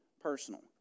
personal